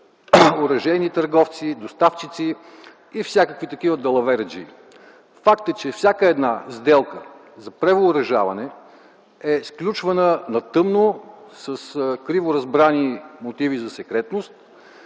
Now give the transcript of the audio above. оръжейни търговци, доставчици и всякакви такива далавераджии. Факт е, че всяка сделка за превъоръжаване е сключвана на тъмно, с криворазбрани мотиви за секретност